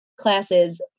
classes